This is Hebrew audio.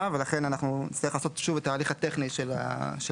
ולכן אנחנו נצטרך לעשות שוב את ההליך הטכני של מיזוג